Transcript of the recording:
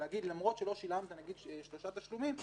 להגיד שלמרות שלא שילמת שלושה תשלומים נניח,